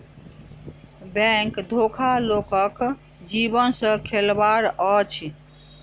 bank धोखा लोकक जीवन सॅ खेलबाड़ अछि